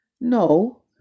no